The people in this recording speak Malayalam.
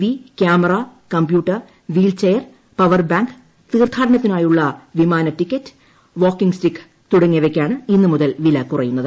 V camera computer wheelchair power bank തീർത്ഥാടനത്തിനുള്ള വിമാന ടിക്കറ്റ് വാക്കിംഗ് സ്റ്റിക്ക് തുടങ്ങിയവക്കാണ് ഇന്ന് മുതൽ വില കുറയുന്നത്